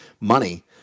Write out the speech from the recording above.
money